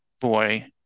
boy